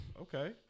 okay